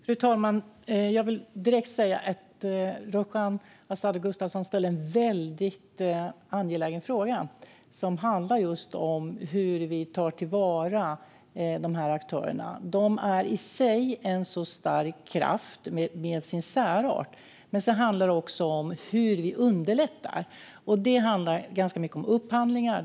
Fru talman! Jag vill direkt säga att Azadeh Rojhan Gustafsson ställer en väldigt angelägen fråga. Frågan är hur vi tar till vara de här aktörerna. De är i sig en stark kraft med sin särart, men det handlar också om hur vi underlättar. Det i sin tur handlar ganska mycket om upphandlingar.